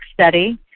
Study